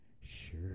Sure